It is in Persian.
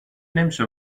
نمیشه